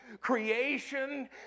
creation